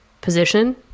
position